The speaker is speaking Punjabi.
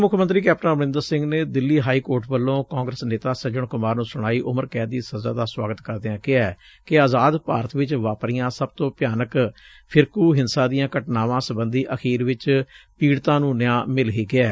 ਮੁੱਖ ਮੰਤਰੀ ਕੈਪਟਨ ਅਮਰਿੰਦਰ ਸਿੰਘ ਨੇ ਦਿੱਲੀ ਹਾਈ ਕੋਰਟ ਵੱਲੋਂ ਕਾਂਗਰਸ ਨੇਤਾ ਸੱਜਣ ਕੁਮਾਰ ਨੂੰ ਸੁਣਾਈ ਉਮਰ ਕੈਦ ਦੀ ਸਜ਼ਾ ਦਾ ਸੁਆਗਤ ਕਰਦਿਆਂ ਕਿਹੈ ਕਿ ਆਜ਼ਾਦ ਭਾਰਤ ਵਿਚ ਵਾਪਰੀਆਂ ਸਭ ਤੋਂ ਭਿਆਨਕ ਫਿਰਕੁ ਹਿੰਸਾ ਦੀਆਂ ਘਟਨਾਵਾਂ ਸਬੰਧੀ ਅਖੀਰ ਵਿਚ ਪੀੜਤਾਂ ਨੁੰ ਨਿਆਂ ਮਿਲ ਹੀ ਗਿਐ